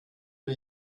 mir